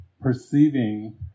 perceiving